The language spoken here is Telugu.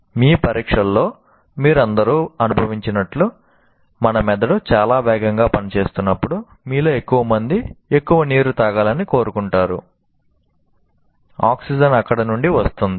మీ పరీక్షలో మీరందరూ అనుభవించినట్లు మన మెదడు చాలా వేగంగా పనిచేస్తున్నపుడు మీలో ఎక్కువ మంది ఎక్కువ నీరు తాగాలని కోరుకుంటారు ఆక్సిజన్ అక్కడ నుండి వస్తుంది